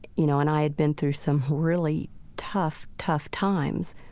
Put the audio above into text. you know, and i had been through some really tough, tough times,